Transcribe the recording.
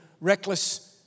reckless